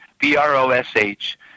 b-r-o-s-h